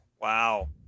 wow